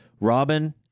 Robin